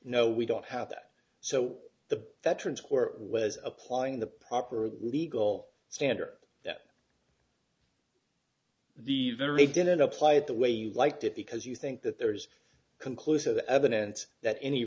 no we don't have that so the veterans court was applying the proper legal standard that the very didn't apply it the way you liked it because you think that there's conclusive evidence that any